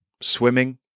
Swimming